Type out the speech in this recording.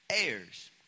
heirs